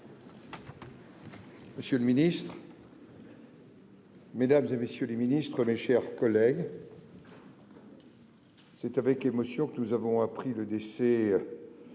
réserves d'usage. Mesdames, messieurs les ministres, mes chers collègues, c'est avec émotion que nous avons appris le décès,